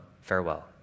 Farewell